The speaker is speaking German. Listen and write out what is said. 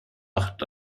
acht